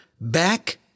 Back